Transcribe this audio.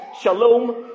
shalom